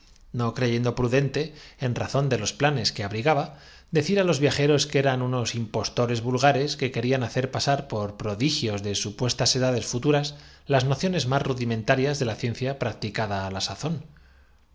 no creyendo prudente en razón de los planes que llenar la prensa periódica abrigaba decir á los viajeros que eran unos imposto res vulgares ah sí mi predecesor trató de permitir la pu que querían hacer pasar por prodigios de blicación de una gaceta con el fin de que todos sus va supuestas edades futuras las nociones más rudimen sallos pudieran convertirse en censores de los abusos tarias de la ciencia practicada á la sazón